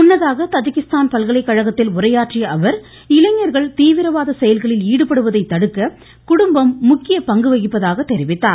முன்னதாக தஜீகிஸ்தான் பல்கலைக்கழகத்தில் உரையாற்றிய அவர் இளைஞர்கள் தீவிரவாத செயல்களில் ஈடுபடுவதை தடுக்க குடும்பம் முக்கிய பங்கு வகிப்பதாக தெரிவித்தார்